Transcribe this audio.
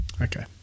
Okay